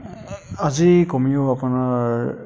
আজি কমেও আপোনাৰ